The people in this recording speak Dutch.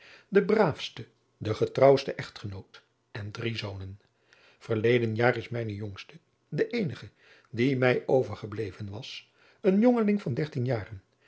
de braafste de getrouwste echtgenoot en drie zonen verleden jaar is mijn jongste de eenige die mij overgebleven was een jongeling van